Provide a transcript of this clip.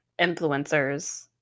influencers